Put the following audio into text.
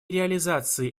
реализации